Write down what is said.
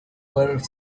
were